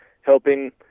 helping